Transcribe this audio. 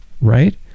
right